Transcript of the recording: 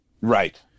Right